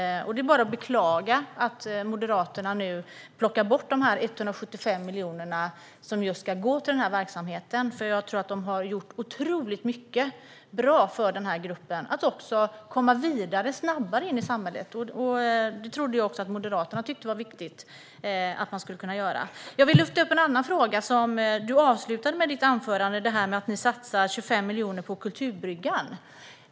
Det är bara att beklaga att Moderaterna nu tar bort de 175 miljoner som ska gå till denna verksamhet, för man har gjort otroligt mycket bra för den här gruppen för att den ska komma vidare snabbare in i samhället. Det trodde jag också att Moderaterna tyckte var viktigt. Jag vill lyfta upp en annan fråga som du avslutade ditt anförande med. Ni satsar 25 miljoner på Kulturbryggan.